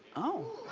oh.